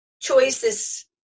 choices